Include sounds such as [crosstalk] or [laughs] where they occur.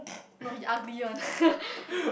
[noise] no he ugly one [laughs]